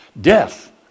Death